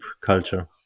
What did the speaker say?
culture